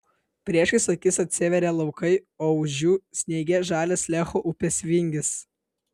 priešais akis atsivėrė laukai o už jų sniege žalias lecho upės vingis